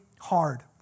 hard